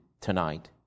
tonight